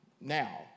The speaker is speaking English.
now